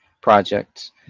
projects